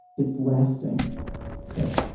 it's lasting okay.